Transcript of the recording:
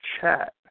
chat